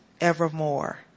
evermore